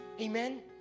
Amen